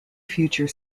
future